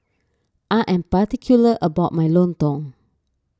I am particular about my Lontong